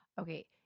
Okay